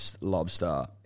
lobster